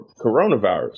coronavirus